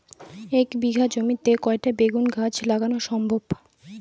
এক বিঘা জমিতে কয়টা বেগুন গাছ লাগানো সম্ভব?